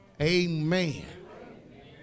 amen